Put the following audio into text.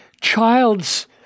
child's